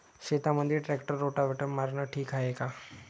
शेतामंदी tractor rotavator मारनं ठीक हाये का?